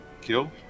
kill